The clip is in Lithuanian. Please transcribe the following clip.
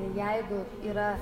jeigu yra